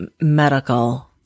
medical